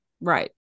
Right